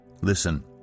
Listen